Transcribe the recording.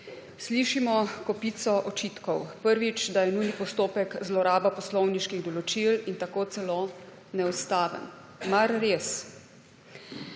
Slišimo kopico očitkov. Prvič, da je nujni postopek zloraba poslovniških določil in tako celo neustaven. Mar res?